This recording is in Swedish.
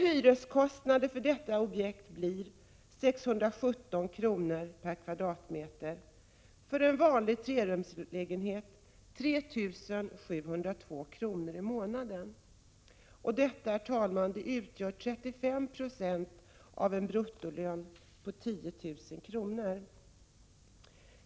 Hyreskostnaden för detta objekt blir 617 kr./m?. För en vanlig trerumslägenhet blir det 3 702 kr. per månad. Detta utgör 35 96 av en bruttolön på 10 000 kr. per månad.